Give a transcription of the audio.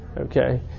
okay